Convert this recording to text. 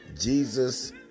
Jesus